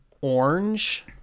orange